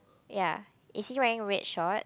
ya is he wearing red short